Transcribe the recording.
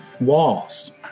Walls